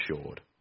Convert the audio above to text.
assured